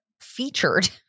featured